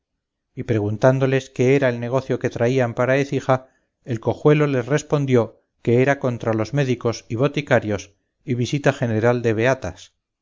y preguntándoles qué era el negocio que traían para écija el cojuelo les respondió que era contra los médicos y boticarios y visita general de beatas